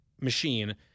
machine